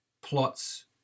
plots